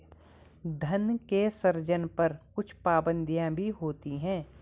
धन के सृजन पर कुछ पाबंदियाँ भी होती हैं